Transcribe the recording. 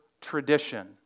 tradition